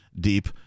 deep